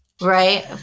Right